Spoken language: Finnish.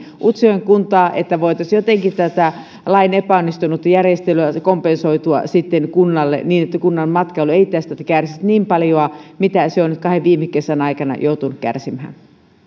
utsjoen kuntaa ja voitaisiin jotenkin tätä lain epäonnistunutta järjestelyä kompensoida kunnalle niin että kunnan matkailu ei tästä kärsisi niin paljoa kuin mitä se on nyt kahden viime kesän aikana joutunut kärsimään